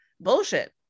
bullshit